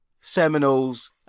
Seminoles